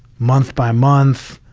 month by month,